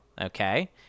okay